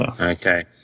Okay